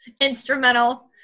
instrumental